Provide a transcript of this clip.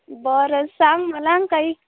बरं सांग मला न काही